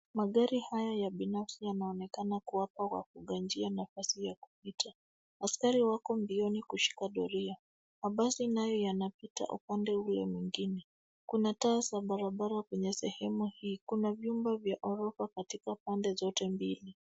Magari haya ya binafsi yanaonekana kuwapa wapita njia nafasi ya kupita. Askari wako mbioni kushika doria. Mabasi nayo yanapita upande ule mwingine. Kuna taa za barabara kwenye sehemu hii .Kuna vyumba vya ghorofa katika pande zote mbili.